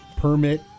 permit